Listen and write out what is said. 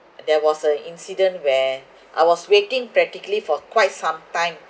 there was an incident when I was waiting practically for quite some time